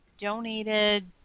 donated